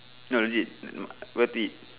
no legit worth it